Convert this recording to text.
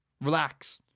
Relax